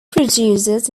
producers